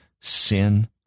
sin